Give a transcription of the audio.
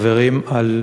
חברים, על